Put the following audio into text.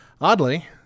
Oddly